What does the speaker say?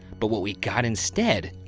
but what we got instead,